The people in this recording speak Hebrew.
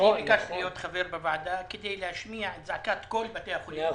ביקשתי להיות חבר בוועדה כדי להשמיע את זעקת כל בתי החולים,